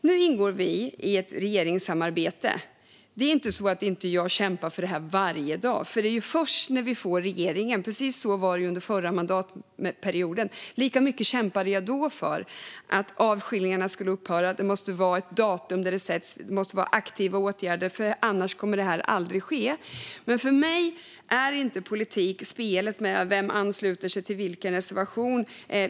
Nu ingår vi i ett regeringssamarbete. Det är inte så att jag inte kämpar för detta varje dag, men det handlar om att få med sig regeringen. Precis så var det under förra mandatperioden. Jag kämpade lika mycket då för att avskiljningarna skulle upphöra. Ett datum måste sättas och aktiva åtgärder måste till, annars kommer detta aldrig att ske. För mig är politik inte spelet om vem som ansluter sig till vilken reservation.